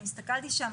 הסתכלתי שם,